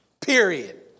Period